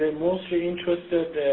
mostly interested,